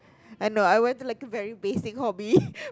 and no I went to like a very basic hobby